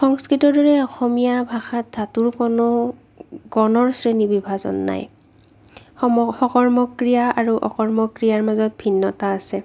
সংস্কৃতৰ দৰে অসমীয়া ভাষাত ধাতুৰ কোনো গণৰ শ্ৰেণীবিভাজন নাই সম সকৰ্মক ক্ৰিয়া আৰু অকৰ্মক ক্ৰিয়াৰ মাজত ভিন্নতা আছে